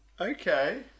okay